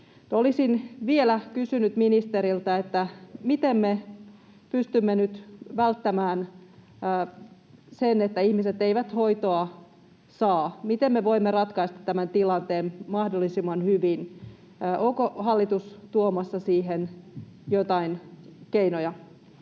Olisin vielä kysynyt ministeriltä, miten me pystymme nyt välttämään sen, että ihmiset eivät hoitoa saa. Miten me voimme ratkaista tämän tilanteen mahdollisimman hyvin? Onko hallitus tuomassa siihen joitain keinoja?